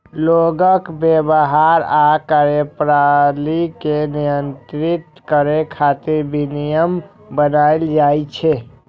लोगक व्यवहार आ कार्यप्रणाली कें नियंत्रित करै खातिर विनियम बनाएल जाइ छै